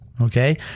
okay